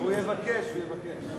הוא יבקש, הוא יבקש.